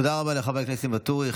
תודה רבה לחבר הכנסת ניסים ואטורי.